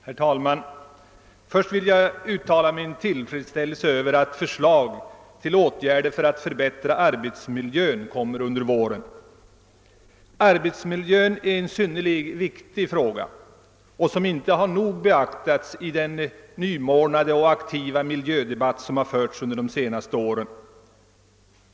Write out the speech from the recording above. Herr talman! Först vill jag uttala min tillfredsställelse över att förslag till åtgärder för att förbättra arbetsmiljön kommer att framläggas under våren. Arbetsmiljön är en synnerligen viktig fråga som inte nog har betonats i den nymornade och aktiva miljödebatt som har förts under de senaste åren.